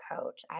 coach